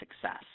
success